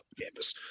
campus